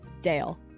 Dale